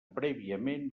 prèviament